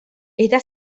esta